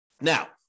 Now